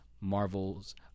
Marvel's